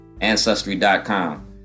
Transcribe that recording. Ancestry.com